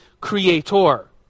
creator